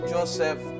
Joseph